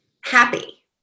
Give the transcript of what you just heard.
happy